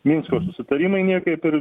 minsko susitarimai niekaip ir